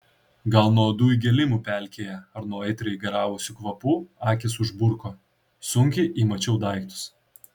gal nuo uodų įgėlimų pelkėje ar nuo aitriai garavusių kvapų akys užburko sunkiai įmačiau daiktus